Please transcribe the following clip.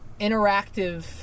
interactive